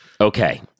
Okay